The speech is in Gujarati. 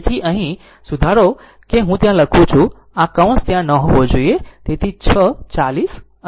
તેથી અહીં આમાં સુધારો છે કે હું ત્યાં લખું છે કે આ કૌંસ ત્યાં ન હોવો જોઈએ